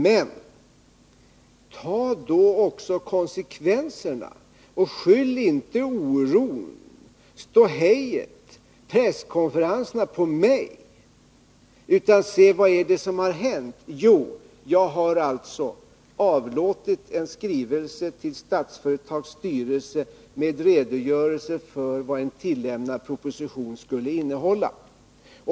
Men ta då konsekvenserna och skyll inte oron, ståhejet och presskonferenserna på mig. Vad är det som hänt? Jag har alltså avlåtit en skrivelse till Statsföretags styrelse med en redogörelse för vad en tillämnad proposition skulle innehålla.